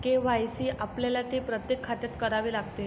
KYC आपल्याला ते प्रत्येक खात्यात करावे लागते